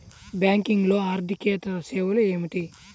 బ్యాంకింగ్లో అర్దికేతర సేవలు ఏమిటీ?